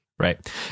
Right